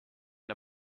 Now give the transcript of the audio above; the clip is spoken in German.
der